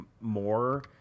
more